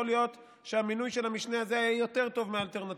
יכול להיות שהמינוי של המשנה הזה היה יותר טוב מהאלטרנטיבות.